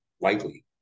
likely